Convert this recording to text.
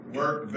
work